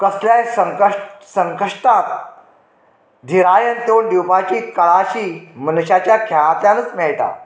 कसल्याय संक् संकश्टाक धिरायेन तोड दिवपाची कळाशी मनशाच्या खेळांतल्यानूच मेळटा